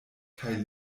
kaj